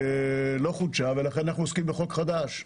לא חודשה, ולכן אנחנו עוסקים בחוק חדש.